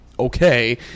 okay